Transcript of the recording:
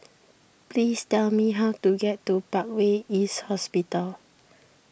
please tell me how to get to Parkway East Hospital